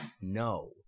No